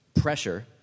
Pressure